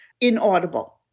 inaudible